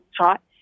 shot